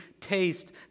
taste